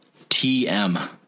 Tm